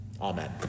Amen